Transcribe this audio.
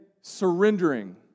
surrendering